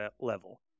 level